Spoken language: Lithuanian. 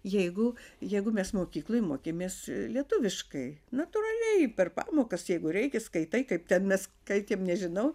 jeigu jeigu mes mokykloj mokėmės lietuviškai natūraliai per pamokas jeigu reikia skaitai kaip ten mes skaitėm nežinau